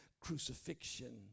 crucifixion